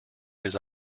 his